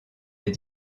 est